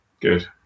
good